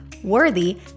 Worthy